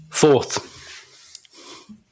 fourth